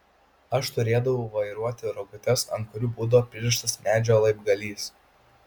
aš turėdavau vairuoti rogutes ant kurių būdavo pririštas medžio laibgalys